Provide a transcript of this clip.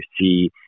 see